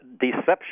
deception